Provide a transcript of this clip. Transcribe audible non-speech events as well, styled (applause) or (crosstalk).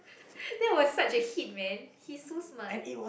(laughs) that was such a hit man he's so smart